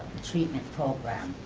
treatment programs